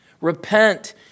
Repent